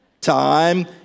Time